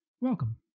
Welcome